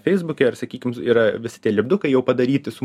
feisbuke ar sakykim yra visi tie lipdukai jau padaryti su